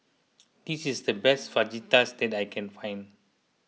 this is the best Fajitas that I can find